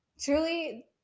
Truly